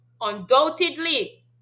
undoubtedly